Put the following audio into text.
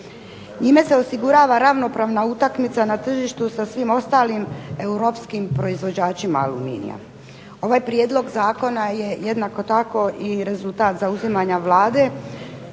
Njime se osigurava ravnopravna utakmica na tržištu sa svim ostalim europskim proizvođačima aluminija. Ovaj prijedlog zakona je jednako tako i rezultat zauzimanja Vlade